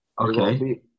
Okay